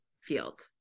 field